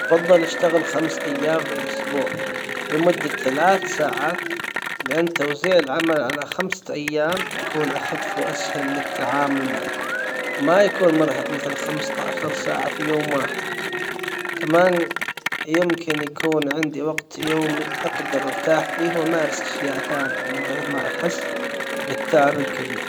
أفضل اشتغل خمس ايام في الاسبوع لمدة ثلاث ساعات لان توزيع العمل على خمسة ايام يكون اخف واسهل للتعامل معه ما يكون مرهق مثلا خمسة عشر ساعة في يوم واحد كمان يمكن يكون عندي وقت يومي أقدر ارتاح فيه وامارس اشياء ثانية من غير ما احس بالتعب الكبير